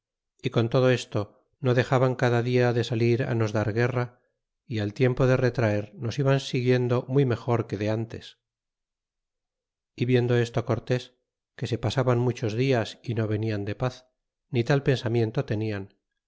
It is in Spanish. y con todo esto no dexaban cada dia de salir nos dar guerra y al tiempo de retraer nos iban siguiendo muy mejor que de ntes é viendo esto cortés que se pasaban muchos dias y no venian de paz ni tal pensamiento tenian